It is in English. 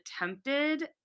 attempted